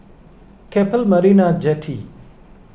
Keppel Marina Jetty